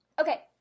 Okay